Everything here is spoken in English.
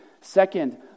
Second